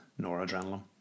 noradrenaline